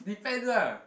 depends ah